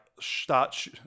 start